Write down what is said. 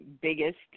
biggest